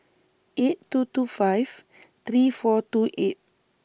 eight two two five three four two eight